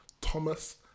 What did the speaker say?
Thomas